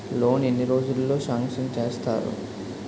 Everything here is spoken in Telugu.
లోన్ ఎన్ని రోజుల్లో సాంక్షన్ చేస్తారు?